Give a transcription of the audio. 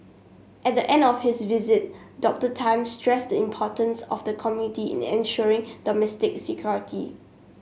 at the end of his visit Doctor Tan stressed the importance of the community in ensuring domestic security